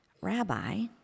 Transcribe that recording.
Rabbi